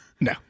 No